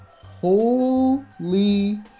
holy